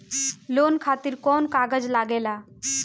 Loan खातिर कौन कागज लागेला?